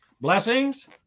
Blessings